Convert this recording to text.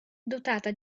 dotata